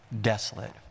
desolate